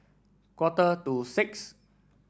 quarter to six